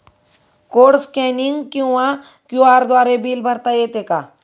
Code scanning किंवा QR द्वारे bill भरता येते का?